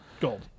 gold